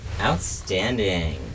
Outstanding